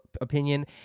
opinion